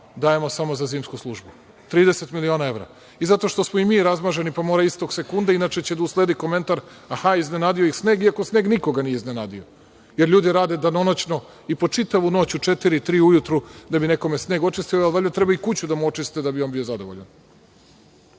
dajemo samo za zimsku službu. Trideset miliona evra. I zato što smo i mi razmaženi, pa mora istog sekunda inače će da usledi komentar – aha, iznenadio ih sneg, iako sneg nikoga nije iznenadio, jer ljudi rade danonoćno i po čitavu noć u četiri, tri ujutru da bi nekome sneg očistili, a valjda treba i kuću da mu očiste da bi on bio zadovoljan. Dakle,